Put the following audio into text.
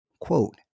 quote